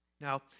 Now